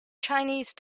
chinese